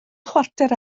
chwarter